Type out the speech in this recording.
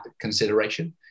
consideration